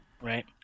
Right